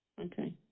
Okay